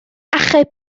achub